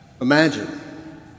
Imagine